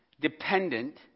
dependent